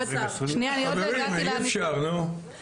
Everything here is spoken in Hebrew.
שנייה אני עוד לא הגעתי -- אי אפשר נו,